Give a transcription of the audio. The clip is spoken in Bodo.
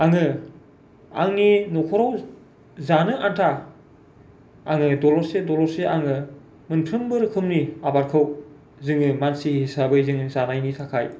आङो आंनि न'खराव जानो आन्था आङो दलरसे दलरसे आङो मोनफ्रोमबो रोखोमनि आबादखौ जोङो मानसि हिसाबै जोङो जानायनि थाखाय